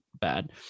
bad